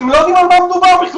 אתם לא יודעים על מה מדובר בכלל.